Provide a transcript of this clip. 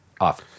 off